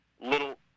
little